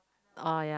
oh ya